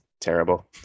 terrible